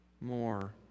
more